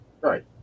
Right